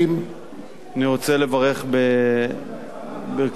אני רוצה לברך בברכת ברוכים הבאים את